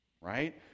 right